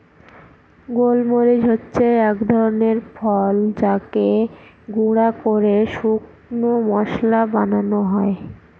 গোল মরিচ হচ্ছে এক ধরনের ফল যাকে গুঁড়া করে শুকনো মশলা বানানো হয়